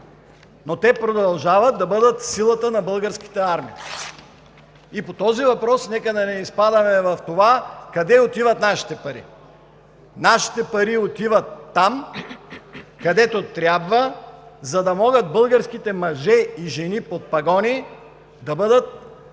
но те продължават да бъдат силата на Българската армия. И по този въпрос нека да не изпадаме в това: къде отиват нашите пари? Нашите пари отиват там, където трябва, за да могат българските мъже и жени под пагони да бъдат надеждни